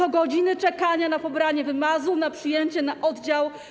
To godziny czekania na pobranie wymazu, przyjęcie na oddział.